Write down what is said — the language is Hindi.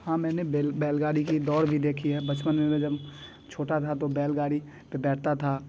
हाँ मैंने बैल बैलगाड़ी की दौड़ भी देखी है बचपन में मैं जब छोटा था तो बैलगाड़ी पर बैठता था